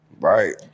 Right